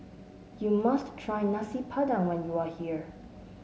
you must try Nasi Padang when you are here